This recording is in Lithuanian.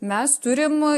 mes turim